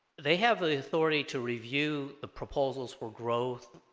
they have the authority to review the proposals for growth